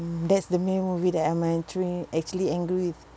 hmm that's the main movie that I'm actually actually angry with